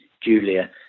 Julia